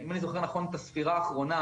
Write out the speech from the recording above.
אם אני זוכר נכון את הספירה האחרונה,